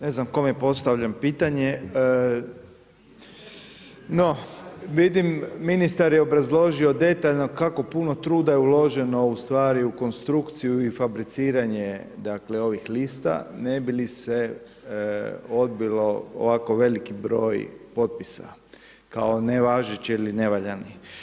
Ne znam kome postavljam pitanje, no vidim ministar je obrazložio detaljno kako puno truda je uloženo ustavi u konstrukciju i fabriciranje dakle ovih lista ne bi li se odbilo ovako veliki broj potpisa kao nevažeći ili nevaljani.